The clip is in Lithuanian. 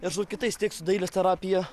ir kitais tiek su dailės terapija